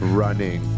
running